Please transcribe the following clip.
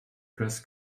dress